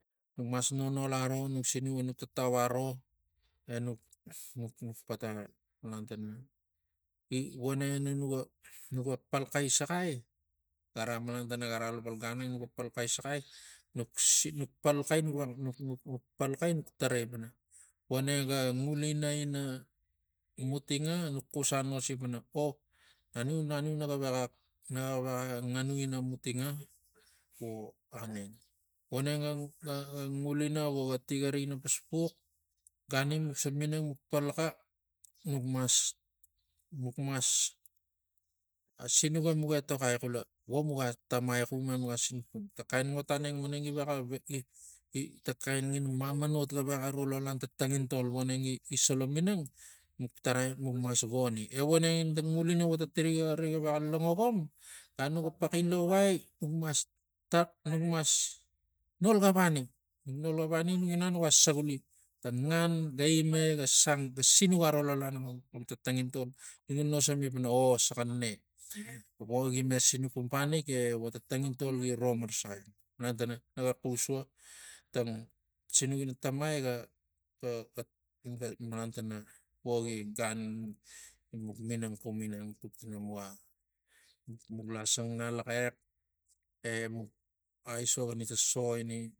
Nuk mas nonol aro nuk sinuk enuk tatuk aro enuk nukk nuk- nuk pata malan gi- gi vonegina nu nuga palxai saxai gara mala tana lo ta ganang nuga palxai saxai nuk sin nuk palxai nuk- nuk palxai nuk tarai pana uneng ga ngulina ina mutinga nuk xus anosi pana o naniu naniu naga vexa naga vexa nganu ina mutunga vo aneng voneng ga- ga ngulina vo go tigiri ina xuspux ganim nuk se minang nuk palaxax nuk mas nuk mas asinuk emuk etoxai xwa vo muga tomai xum e muga sinuk. ta kain ngot aneng voneng givex a gi- gi ta xain mamanot ga vexa ro lo ianta tangintol voneng gi- gi sala minang nuk taraim muk mas goni. E voneng ani tang ngulina votigiri nuvex a langokom gan nugapaxin lougai nuk mas- nuk mas nol gavani nuk nol gavani enuk inang nuga saguli ta ngan ga ima ega sang ga sinuk aro lo lahta xam tangintol e nuga nasami pana ong saxa ne vogime sinuk cumpanik ta tangintol gi ro marasaxai malan tana naga xus vo tang tang sinuk ina tamai ga- ga- ga malan tana vo gi gan ina muk minang xum ginang tuk tana muga muk lasang ngalaxes emuk aisok ina ta so ini